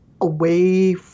away